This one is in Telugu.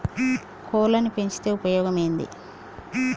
కోళ్లని పెంచితే ఉపయోగం ఏంది?